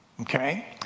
Okay